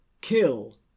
kill